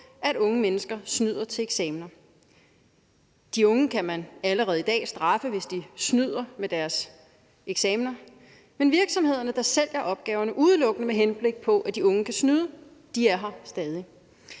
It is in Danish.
at unge mennesker snyder til eksamen. De unge kan man allerede i dag straffe, hvis de snyder med deres eksamener, men virksomhederne, der sælger opgaverne udelukkende med henblik på, at de unge kan snyde, er her stadig.